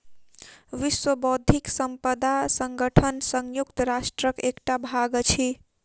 विश्व बौद्धिक संपदा संगठन संयुक्त राष्ट्रक एकटा भाग अछि